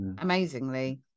amazingly